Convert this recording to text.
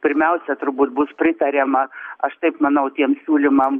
pirmiausia turbūt bus pritariama aš taip manau tiem siūlymam